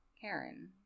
Karen